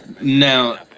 Now